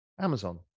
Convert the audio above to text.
Amazon